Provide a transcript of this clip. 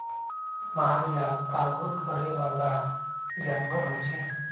मालजाल पागुर करे बला जानवर होइ छइ